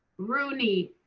rooney.